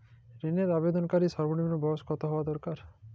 ঋণের আবেদনকারী সর্বনিন্ম বয়স কতো হওয়া দরকার?